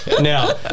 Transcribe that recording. Now